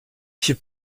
she